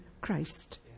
Christ